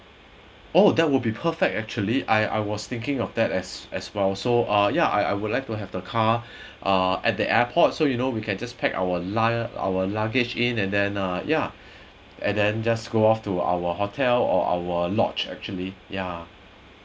oh that would be perfect actually I I was thinking of that as as well so uh ya I I would like to have the car ah at the airport so you know we can just pack our lugg~ our luggage in and then uh ya and then just go off to our hotel or our lodge actually ya